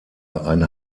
ein